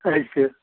thank you